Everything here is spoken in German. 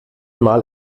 mal